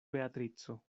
beatrico